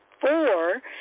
four